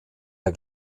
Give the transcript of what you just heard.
der